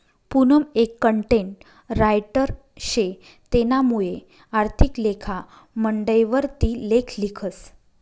पूनम एक content writer शे तेनामुये आर्थिक लेखा मंडयवर ती लेख लिखस